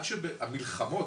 המלחמות,